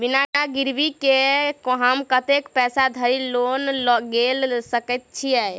बिना गिरबी केँ हम कतेक पैसा धरि लोन गेल सकैत छी?